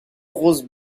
grosse